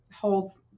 holds